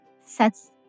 sets